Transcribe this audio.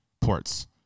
ports